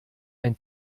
ein